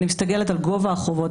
אני מסתכלת על גובה החובות,